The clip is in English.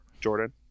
Jordan